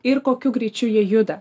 ir kokiu greičiu jie juda